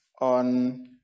on